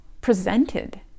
presented